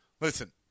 Listen